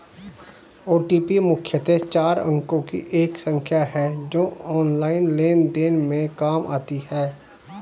OTP मुख्यतः चार अंकों की एक संख्या है जो ऑनलाइन लेन देन में काम आती है